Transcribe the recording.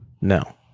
No